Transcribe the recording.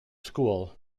school